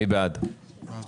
מי בעד קבלת